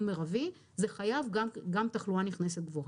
מרבי זה חייב גם תחלואה נכנסת גבוהה,